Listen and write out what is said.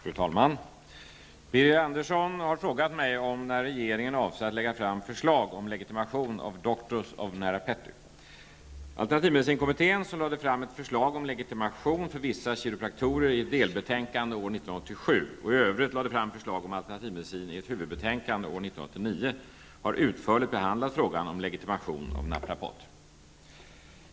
Fru talman! Birger Andersson har frågat mig om när regeringen avser att lägga fram förslag om legitimation av Doctors of Naprapathy. Alternativmedicinkommittén, som lade fram ett förslag om legitimation för vissa kiropraktorer i ett delbetänkande och i övrigt lade fram förslag om alternativmedicin i ett huvudbetänkande , har utförligt behandlat frågan om legitimation av naprapater.